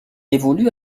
évolue